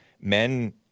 men